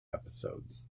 episodes